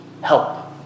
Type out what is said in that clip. help